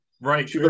Right